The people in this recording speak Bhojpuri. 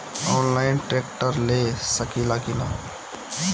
आनलाइन ट्रैक्टर ले सकीला कि न?